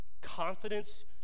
confidence